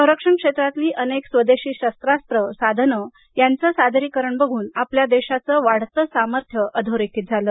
संरक्षण क्षेत्रातली अनेक स्वदेशी शस्त्रास्त्रे साधने यांचे सादरीकरण बघून आपल्या देशाच्या वाढते सामर्थ्य अधोरेखित झाले